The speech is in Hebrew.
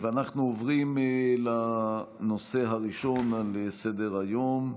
אנחנו עוברים לנושא הראשון על סדר-היום.